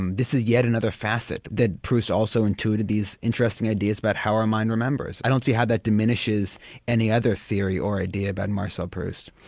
um this is yet another facet that proust also intuited these interesting ideas about how our mind remembers. i don't see how that diminishes any other theory or idea about marcel proust.